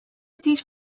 teach